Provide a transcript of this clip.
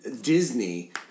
Disney